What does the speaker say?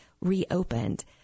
reopened